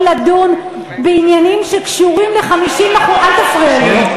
לדון בעניינים שקשורים ל-50% אל תפריע לי.